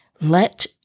Let